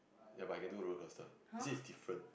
ya but he can do roller coaster he said it's different